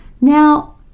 Now